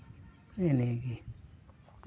ᱱᱮᱜ ᱮ ᱱᱤᱭᱟᱹ ᱜᱮ